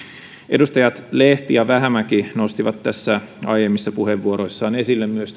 edustajat lehti ja vähämäki nostivat aiemmissa puheenvuoroissaan esille myös